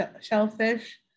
shellfish